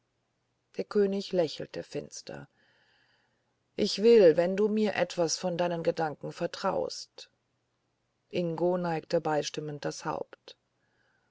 der könig lächelte finster ich will wenn du mir etwas von deinen gedanken vertraust ingo neigte beistimmend das haupt